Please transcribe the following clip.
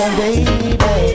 baby